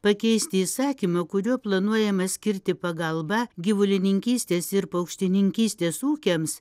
pakeisti įsakymą kuriuo planuojama skirti pagalbą gyvulininkystės ir paukštininkystės ūkiams